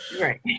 Right